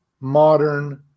modern